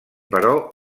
però